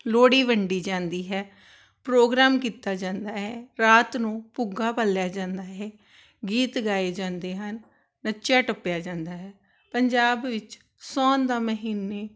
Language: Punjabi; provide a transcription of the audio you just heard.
ਲੋਹੜੀ ਵੰਡੀ ਜਾਂਦੀ ਹੈ ਪ੍ਰੋਗਰਾਮ ਕੀਤਾ ਜਾਂਦਾ ਹੈ ਰਾਤ ਨੂੰ ਭੁੱਗਾ ਵਾਲਿਆ ਜਾਂਦਾ ਹੈ ਗੀਤ ਗਾਏ ਜਾਂਦੇ ਹਨ ਨੱਚਿਆ ਟੱਪਿਆ ਜਾਂਦਾ ਹੈ ਪੰਜਾਬ ਵਿੱਚ ਸੌਣ ਦਾ ਮਹੀਨੇ